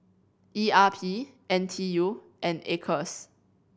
E R P N T U and Acres